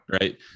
Right